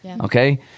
Okay